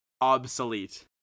obsolete